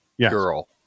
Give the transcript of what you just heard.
girl